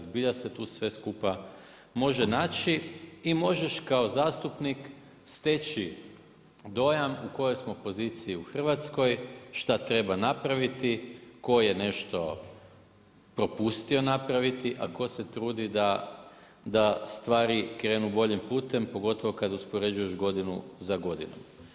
Zbilja se tu sve skupa može naći i možeš kao zastupnik steći dojam u kojoj smo poziciji u Hrvatskoj, šta treba napraviti, tko je nešto propustio napraviti, a tko se trudi da stvari krenu boljim putem, pogotovo kad uspoređuješ godinu za godinom.